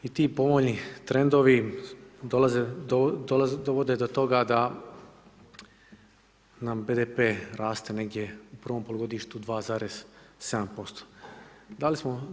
I ti povoljni trendovi dovode do toga da nam BDP raste negdje u prvom polugodištu 2,7%